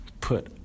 put